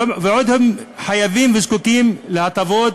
ועוד הם חייבים וזקוקים להטבות